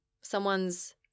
Someone's